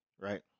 right